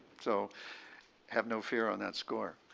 so have no fare on that score.